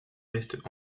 restes